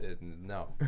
No